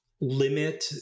limit